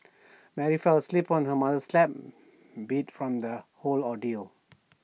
Mary fell asleep on her mother's lap beat from the whole ordeal